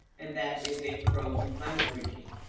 and that is a pro-inflammatory gene.